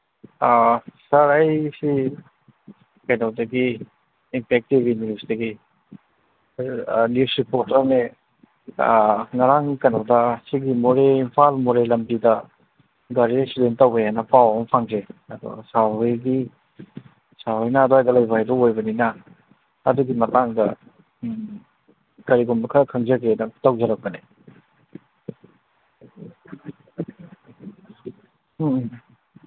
ꯁꯥꯔ ꯑꯩꯁꯤ ꯀꯩꯅꯣꯗꯒꯤ Impact T V ꯅ꯭ꯌꯨꯁꯇꯒꯤ ꯑꯩꯈꯣꯏ ꯅ꯭ꯌꯨꯁ ꯔꯤꯄꯣꯔꯇꯔꯅꯦ ꯉꯔꯥꯡ ꯀꯩꯅꯣꯗ ꯁꯤꯒꯤ ꯃꯣꯔꯦ ꯏꯝꯐꯥꯜ ꯃꯣꯔꯦ ꯂꯝꯕꯤꯗ ꯒꯥꯔꯤ ꯑꯦꯛꯁꯤꯗꯦꯟ ꯇꯧꯋꯦꯅ ꯄꯥꯎ ꯑꯃ ꯐꯪꯖꯩ ꯑꯗꯨ ꯁꯥꯔ ꯍꯣꯏꯒꯤ ꯁꯥꯔ ꯍꯣꯏꯅ ꯑꯗ꯭ꯋꯥꯏꯗ ꯂꯩꯕ ꯍꯥꯏꯗꯨ ꯑꯣꯏꯕꯤꯅ ꯑꯗꯨꯒꯤ ꯃꯇꯥꯡꯗ ꯀꯩꯒꯨꯝꯕ ꯈꯔ ꯈꯪꯖꯒꯦꯅ ꯇꯧꯖꯔꯛꯄꯅꯦ ꯎꯝ ꯎꯝ